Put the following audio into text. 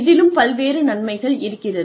இதிலும் பல்வேறு நன்மைகள் இருக்கிறது